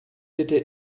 bitte